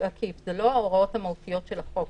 זה לא ההוראות המהותיות של החוק.